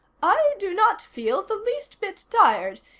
i do not feel the least bit tired,